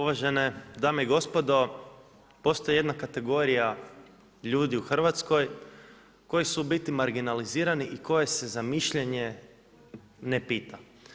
Uvažene dame i gospodo, postoji jedna kategorija ljudi u Hrvatskoj koji su u biti marginalizirani i koje se za mišljenje ne pita.